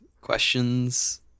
questions